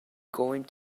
going